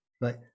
Right